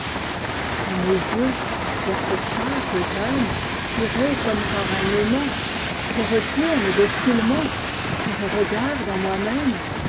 quand mes yeux vers ce chat que j'aimetirés comme par un aimant se retournent docilement et que je regarde en moi-même